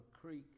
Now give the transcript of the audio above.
Creek